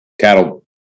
Cattle